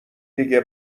دیگه